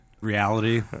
reality